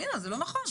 אלינה, זה לא נכון.